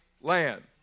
land